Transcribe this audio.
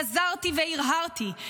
חזרתי והרהרתי,